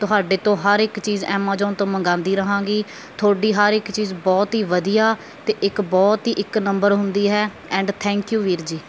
ਤੁਹਾਡੇ ਤੋਂ ਹਰ ਇੱਕ ਚੀਜ਼ ਐਮਾਜੋਨ ਤੋਂ ਮੰਗਾਉਂਦੀ ਰਹਾਂਗੀ ਤੁਹਾਡੀ ਹਰ ਇੱਕ ਚੀਜ਼ ਬਹੁਤ ਹੀ ਵਧੀਆ ਅਤੇ ਇੱਕ ਬਹੁਤ ਹੀ ਇੱਕ ਨੰਬਰ ਹੁੰਦੀ ਹੈ ਐਂਡ ਥੈਂਕ ਯੂ ਵੀਰ ਜੀ